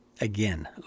again